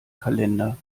kalender